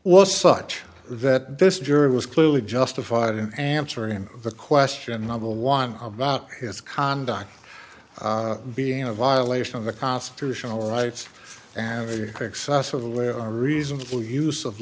was such that this jury was clearly justified in answering the question number one about his conduct being a violation of the constitutional rights and very excessive way a reasonable use of